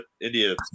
India